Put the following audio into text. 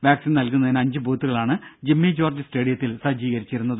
vaccine നൽകുന്നതിന് അഞ്ചു ബൂത്തുകളാണ് ജിമ്മി ജോർജ് സ്റ്റേഡിയത്തിൽ സജ്ജീകരിച്ചിരുന്നത്